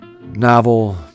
novel